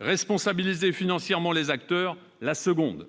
responsabiliser financièrement les acteurs, la seconde.